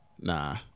Nah